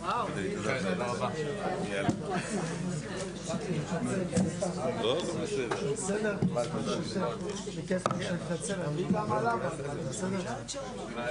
15:58.